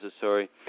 sorry